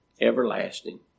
everlasting